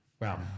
Wow